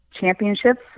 championships